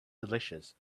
delicious